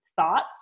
thoughts